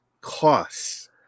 costs